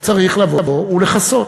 צריך לבוא ולכסות.